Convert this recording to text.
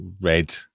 red